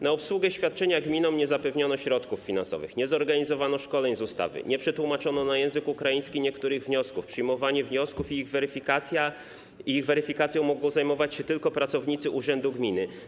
Na obsługę świadczenia gminom nie zapewniono środków finansowych, nie zorganizowano szkoleń z zakresu ustawy, nie przetłumaczono na język ukraiński niektórych wniosków, przyjmowaniem wniosków i ich weryfikacją mogą zajmować się tylko pracownicy urzędu gminy.